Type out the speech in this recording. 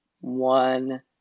one